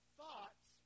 thoughts